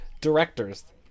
directors